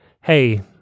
hey